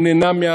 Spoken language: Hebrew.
הוא נהנה,